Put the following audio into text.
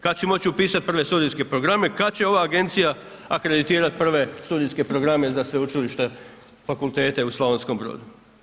Kad će moći upisati prve studijske programe, kad će ova agencija akreditirat prve studijske programe za sveučilišne fakultete u Slavonskom Brodu?